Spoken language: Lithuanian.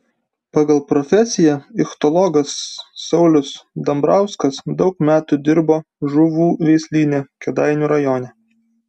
pagal profesiją ichtiologas saulius dambrauskas daug metų dirbo žuvų veislyne kėdainių rajone